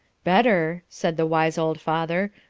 better, said the wise old father,